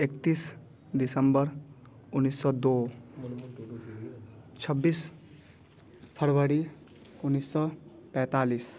इकतीस दिसम्बर उन्नीस सौ दो छब्बीस फरवरी उन्नीस सौ पैंतालीस